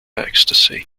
ecstasy